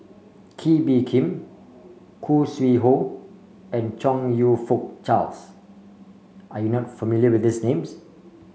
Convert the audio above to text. Kee Bee Khim Khoo Sui Hoe and Chong You Fook Charles are you not familiar with these names